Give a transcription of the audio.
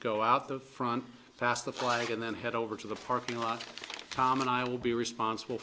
go out the front pass the flag and then head over to the parking lot tom and i will be responsible